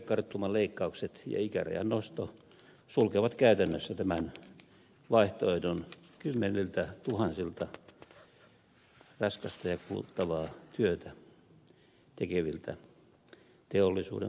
eläkekarttuman leikkaukset ja ikärajan nosto sulkevat käytännössä tämän vaihtoehdon kymmeniltätuhansilta raskasta ja kuluttavaa työtä tekeviltä teollisuuden palvelujen työntekijöiltä